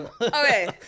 Okay